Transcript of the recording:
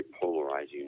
polarizing